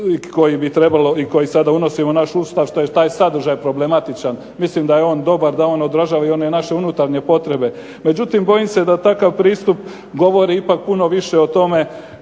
koji bi trebalo i koji sada unosimo u naš Ustav što je taj sadržaj problematičan. Mislim da je on dobar, da on održava i one naše unutarnje potrebe. Međutim, bojim se da takav pristup govori ipak puno više o tome